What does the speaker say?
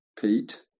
Pete